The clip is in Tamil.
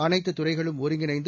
அனைத்து துறைகளும் ஒருங்கிணைந்து